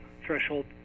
threshold